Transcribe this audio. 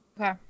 Okay